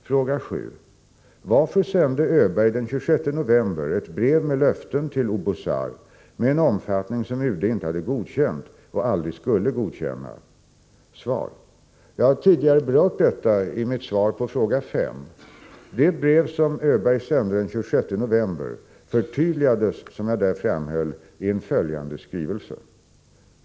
Fråga 7: Varför sände Öberg den 26 november ett brev med löften till Oubouzar med en omfattning som UD inte hade godkänt och aldrig skulle godkänna? Svar: Jag har tidigare berört detta i mitt svar på fråga 5. Det brev som Öberg sände den 26 november förtydligades som jag där framhöll i en följande skrivelse.